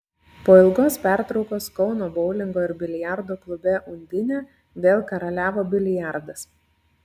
po ilgos pertraukos kauno boulingo ir biliardo klube undinė vėl karaliavo biliardas